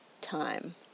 time